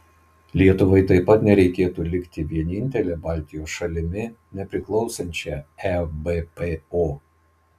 lietuvai taip pat nereikėtų likti vienintele baltijos šalimi nepriklausančia ebpo